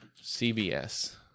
CBS